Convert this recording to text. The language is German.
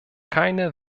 keine